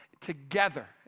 together